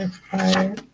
fire